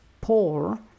poor